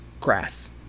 grass